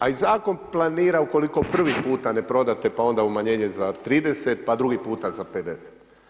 A i zakon planira ukoliko prvi puta ne prodate pa onda umanjenje za 30 pa drugi puta za 50.